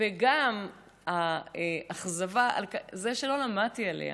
וגם האכזבה מזה שלא למדתי עליה